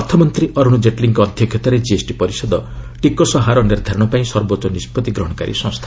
ଅର୍ଥମନ୍ତ୍ରୀ ଅରୁଣ ଜେଟ୍ଲୀଙ୍କ ଅଧ୍ୟକ୍ଷତାରେ ଜିଏସ୍ଟି ପରିଷଦ ଟିକସ ହାର ନିର୍ଦ୍ଧାରଣ ପାଇଁ ସର୍ବୋଚ୍ଚ ନିଷ୍ପଭି ଗ୍ରହଣକାରୀ ସଂସ୍ଥା